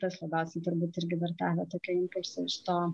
prieš labiausiai turbūt irgi virtualią tokią ypač iš to